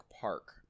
Park